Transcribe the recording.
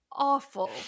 Awful